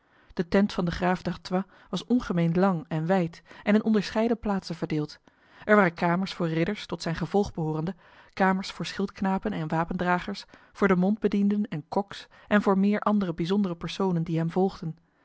de tent van de graaf d'artois was ongemeen lang en wijd en in onderscheiden plaatsen verdeeld er waren kamers voor ridders tot zijn gevolg behorende kamers voor schildknapen en wapendragers voor de mondbedienden en koks en voor meer andere bijzondere personen die hem volgden